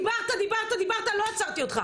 דיברת, דיברת, לא עצרתי אותך.